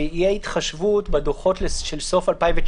שתהיה התחשבות בדוחות של סוף 2019,